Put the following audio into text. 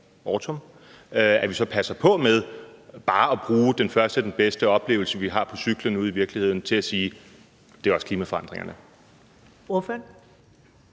– så passer på med bare at bruge den første og den bedste oplevelse, vi har på cyklen ude i virkeligheden, til at sige: Det er også klimaforandringerne.